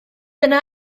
yna